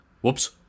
Whoops